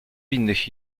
innych